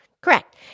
Correct